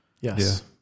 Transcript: Yes